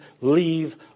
leave